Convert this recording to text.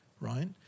right